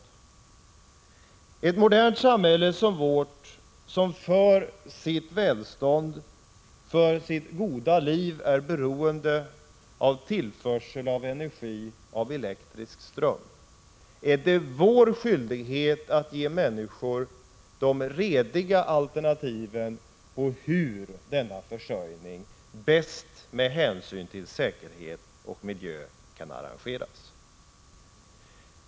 I ett modernt samhälle som vårt, som för sitt välstånd och för ett gott liv är beroende av tillförsel av energi, av elektrisk ström, är det vår skyldighet att se till att människor får rediga alternativ när det gäller hur denna försörjning med hänsyn till säkerhet och miljö bäst kan ordnas.